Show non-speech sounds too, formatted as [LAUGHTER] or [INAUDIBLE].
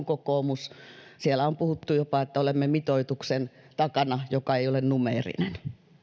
[UNINTELLIGIBLE] kokoomus siellä on puhuttu jopa että ovat sellaisen mitoituksen takana joka ei ole numeerinen